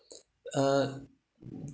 uh